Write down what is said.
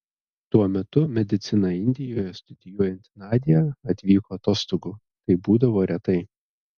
tuo metu mediciną indijoje studijuojanti nadia atvyko atostogų tai būdavo retai